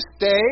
stay